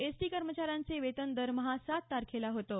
ST कर्मचाऱ्यांचे वेतन दरमहा सात तारखेला होतं